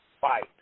fight